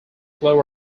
flow